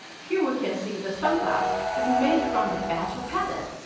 here we can see the sun class is made from the batch of palette,